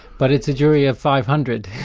but it's a jury of five hundred,